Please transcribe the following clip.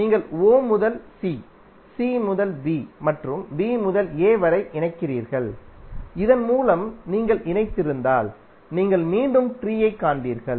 நீங்கள் o முதல் c c முதல் b மற்றும் b முதல் a வரை இணைக்கிறீர்கள் இதன் மூலம் நீங்கள் இணைத்திருந்தால் நீங்கள் மீண்டும் ட்ரீயைகாண்பீர்கள்